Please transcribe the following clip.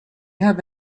have